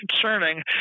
concerning